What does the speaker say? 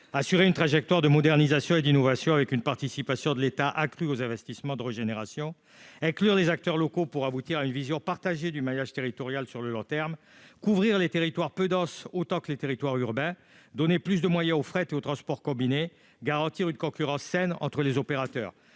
assurer une trajectoire de modernisation et d'innovation, avec une participation de l'État accrue aux investissements de régénération inclure des acteurs locaux, pour aboutir à une vision partagée du maillage territorial, sur le long terme, couvrir les territoires peu denses, autant que les territoires urbains, donner plus de moyens au fret et au transport combiné, garantir une concurrence saine entre les opérateurs,